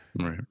Right